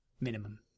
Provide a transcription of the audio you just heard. minimum